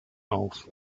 auf